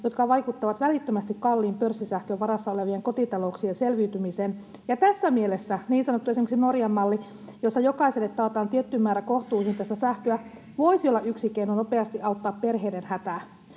jotka vaikuttavat välittömästi kalliin pörssisähkön varassa olevien kotitalouksien selviytymiseen. Tässä mielessä esimerkiksi niin sanottu Norjan malli, jossa jokaiselle taataan tietty määrä kohtuuhintaista sähköä, voisi olla yksi keino nopeasti auttaa perheiden hätää,